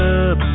up